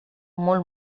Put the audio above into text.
molt